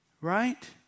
right